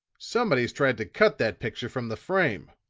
somebody's tried to cut that picture from the frame.